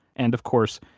and, of course,